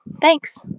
Thanks